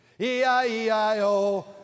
E-I-E-I-O